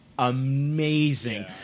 amazing